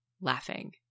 laughing